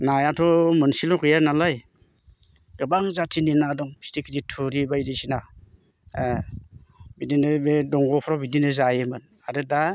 नायाथ' मोनसेल' गैया नालाय गोबां जाथिनि ना दं फिथिख्रि थुरि बायदिसिना बिदिनो बे दंगफ्राव बिदिनो जायोमोन आरो दा